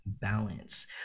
balance